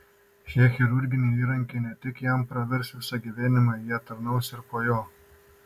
šie chirurginiai įrankiai ne tik jam pravers visą gyvenimą jie tarnaus ir po jo